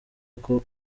uko